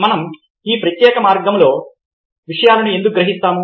మనం ఈ ప్రత్యేక మార్గంలో విషయాలను ఎందుకు గ్రహిస్తాము